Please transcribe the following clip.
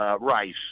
Rice